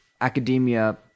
academia